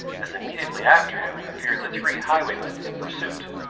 as immediately after him appeared the three highwaymen in pursuit.